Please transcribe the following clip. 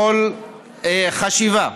בכל חשיבה.